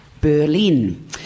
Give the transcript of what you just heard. Berlin